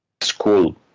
school